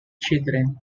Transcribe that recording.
children